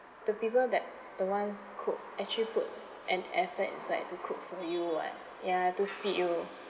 the people that the ones cook actually put an effort inside to cook for you [what] ya to feed you